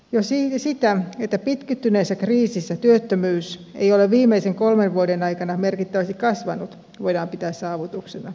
jo sitä että pitkittyneessä kriisissä työttömyys ei ole viimeisten kolmen vuoden aikana merkittävästi kasvanut voidaan pitää saavutuksena